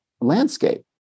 landscape